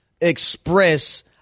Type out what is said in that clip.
express